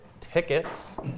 tickets